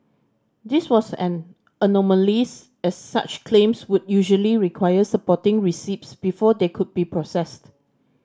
this was an anomaly's as such claims would usually require supporting receipts before they could be processed